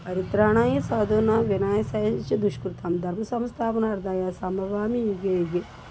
పవిత్రానాయ సాదూనాం వినాశాయ చ దుష్కృతాం ధర్మ ధర్మసంస్థాపనార్థాయ సంభవామి యుగే యుగే